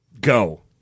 Go